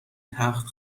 تخت